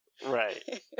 Right